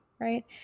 right